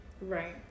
Right